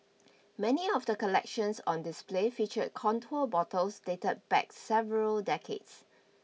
many of the collections on display featured contour bottles dated back several decades